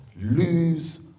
lose